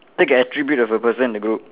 pick an attribute of a person in the group